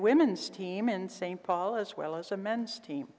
women's team in st paul as well as a men's team